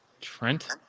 Trent